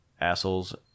assholes